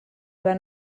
van